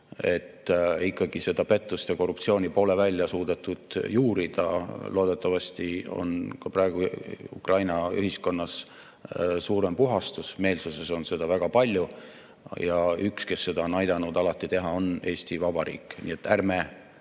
et ikkagi seda pettust ja korruptsiooni pole suudetud välja juurida. Loodetavasti on ka praegu Ukraina ühiskonnas suurem puhastus, meelsuses on seda väga palju, ja üks, kes seda on aidanud alati teha, on Eesti Vabariik. Nii et ärme